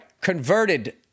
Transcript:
Converted